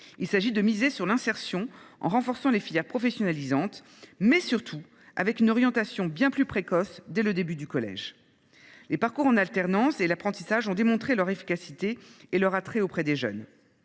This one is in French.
Il s’agit de miser sur l’insertion, non seulement en renforçant les filières professionnalisantes, mais surtout en assurant une orientation bien plus précoce, dès le début du collège. Les parcours en alternance et l’apprentissage ont démontré leur efficacité et leur attrait auprès des jeunes.